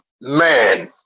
man